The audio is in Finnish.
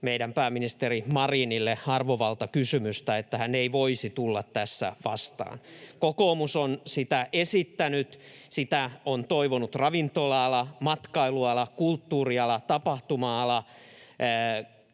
meidän pääministeri Marinille arvovaltakysymystä, niin että hän ei voisi tulla tässä vastaan. [Antti Lindtman: Parhaamme yritetään!] Kokoomus on sitä esittänyt. Sitä ovat toivoneet ravintola-ala, matkailuala, kulttuuriala, tapahtuma-ala,